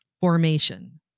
formation